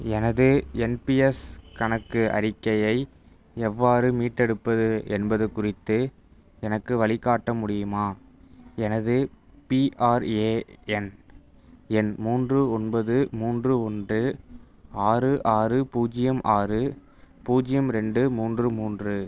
எனது என்பிஎஸ் கணக்கு அறிக்கையை எவ்வாறு மீட்டெடுப்பது என்பது குறித்து எனக்கு வழிகாட்ட முடியுமா எனது பிஆர்ஏஎன் எண் மூன்று ஒன்பது மூன்று ஒன்று ஆறு ஆறு பூஜ்ஜியம் ஆறு பூஜ்ஜியம் ரெண்டு மூன்று மூன்று